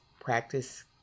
practice